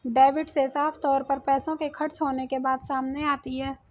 debit से साफ तौर पर पैसों के खर्च होने के बात सामने आती है